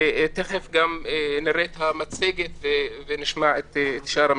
ותכף גם נראה את המצגת ונשמע את שאר המשתתפים.